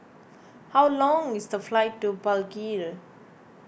how long is the flight to Palikir